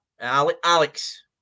Alex